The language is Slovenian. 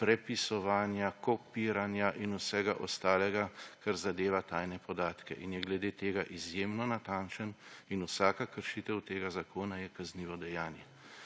prepisovanja, kopiranja in vsega ostalega, kar zdeva tajne podatke in je glede tega izjemno natančen in vsaka kršitev tega zakona je kaznivo dejanje.